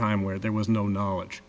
time where there was no knowledge